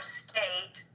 state